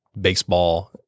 baseball